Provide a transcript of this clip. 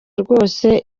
rwose